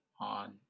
on